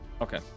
Okay